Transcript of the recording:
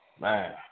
Man